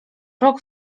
rok